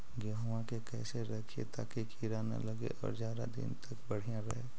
गेहुआ के कैसे रखिये ताकी कीड़ा न लगै और ज्यादा दिन तक बढ़िया रहै?